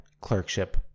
Clerkship